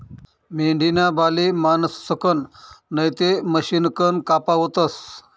मेंढीना बाले माणसंसकन नैते मशिनकन कापावतस